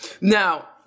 Now